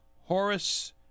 Horace